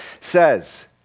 says